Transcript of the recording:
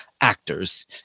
actors